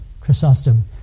Chrysostom